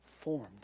formed